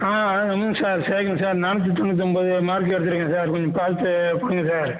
ஆ ஆ ஆமாம் சார் சேர்க்கணும் சார் நானூற்றி தொண்ணூத்தொன்பது மார்க்கு எடுத்துருக்கான் சார் கொஞ்ச பார்த்து பண்ணுங்கள் சார்